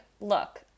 look